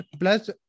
Plus